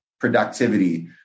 productivity